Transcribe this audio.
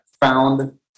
found